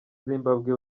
zimbabwe